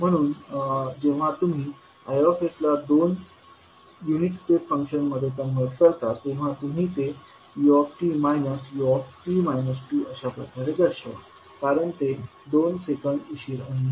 म्हणून जेव्हा तुम्ही Isला दोन युनिट स्टेप फंक्शन मध्ये कन्व्हर्ट करता तेव्हा तुम्ही ते ut u अशा प्रकारे दर्शवाल कारण ते दोन सेकंदांनी उशिरा आहे